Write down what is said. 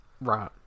Right